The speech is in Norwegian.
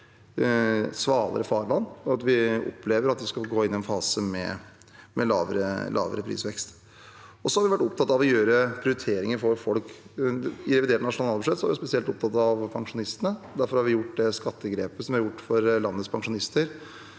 svalere farvann, og at vi opplever at vi skal gå inn i en fase med lavere prisvekst. Vi har vært opptatt av å gjøre prioriteringer for folk. I revidert nasjonalbudsjett var vi spesielt opptatt av pensjonistene. Derfor har vi tatt det skattegrepet for landets pensjonister.